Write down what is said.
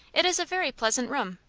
it is a very pleasant room.